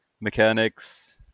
mechanics